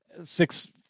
six